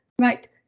right